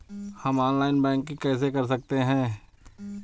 हम online banking कैसे कर सकते हैं?